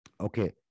okay